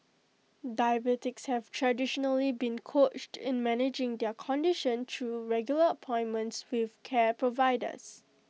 diabetics have traditionally been coached in managing their condition through regular appointments with care providers